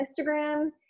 Instagram